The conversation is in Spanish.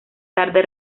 tarde